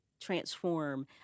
transform